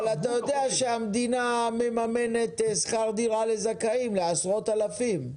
אתה יודע שהמדינה מממנת שכר דירה לעשרות אלפי זכאים.